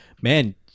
man